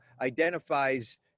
identifies